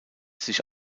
sich